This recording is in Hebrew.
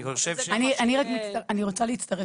אני רוצה להצטרף